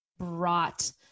brought